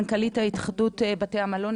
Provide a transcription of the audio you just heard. מנכ"לית התאחדות בתי המלון,